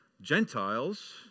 Gentiles